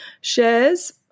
Shares